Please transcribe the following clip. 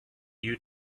you